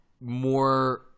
more